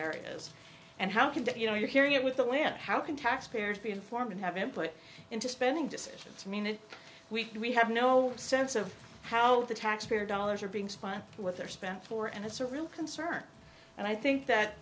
areas and how can that you know you're hearing it with the land how can taxpayers be informed and have input into spending decisions i mean it we have no sense of how the taxpayer dollars are being spun with their spend for and it's a real concern and i think that